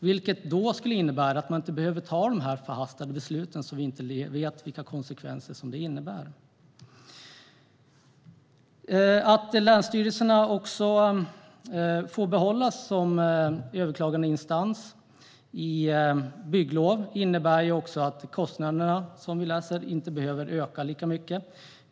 Det skulle innebära att man inte behöver fatta förhastade beslut utan att veta vilka konsekvenser de innebär. Att länsstyrelserna får behållas som överklagandeinstans för bygglov innebär också, som vi läser, att kostnaderna inte behöver öka lika mycket.